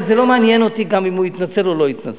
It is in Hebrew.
וזה לא מעניין אותי גם אם הוא התנצל או לא התנצל.